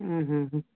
ಹ್ಞೂ ಹ್ಞೂ ಹ್ಞೂ